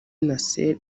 nasser